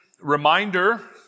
reminder